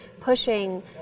pushing